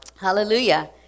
Hallelujah